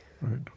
Right